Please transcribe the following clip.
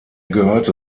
gehörte